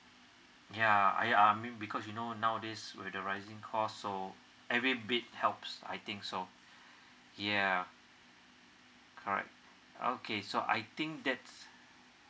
yeah I mean because you know nowadays with the rising cost so every bit helps I think so yeah correct okay so I think that's